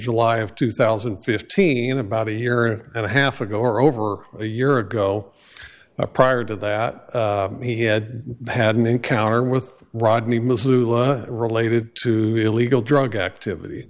july of two thousand and fifteen about a year and a half ago or over a year ago prior to that he had had an encounter with rodney missoula related to illegal drug activity